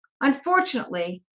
Unfortunately